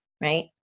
right